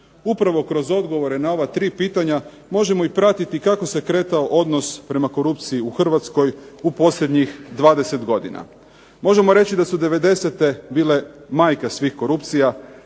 Upravo kroz odgovore na ova 3 pitanja možemo i pratiti kako se kretao odnos prema korupciji u Hrvatskoj u posljednjih 20 godina. Možemo reći da su '90-te bile majka svih korupcija,